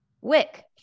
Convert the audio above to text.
Wick